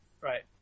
Right